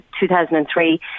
2003